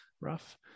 Rough